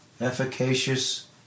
efficacious